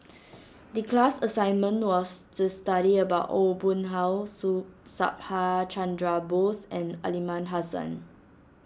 the class assignment was to study about Aw Boon Haw Subhas Chandra Bose and Aliman Hassan